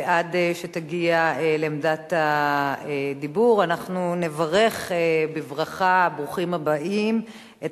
ועד שתגיע לעמדת הדיבור אנחנו נברך בברכת ברוכים הבאים את